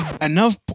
enough